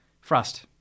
Frost